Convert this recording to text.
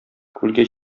күлгә